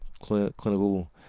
clinical